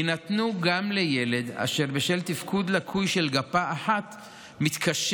יינתנו גם לילד אשר בשל תפקוד לקוי של גפה אחת מתקשה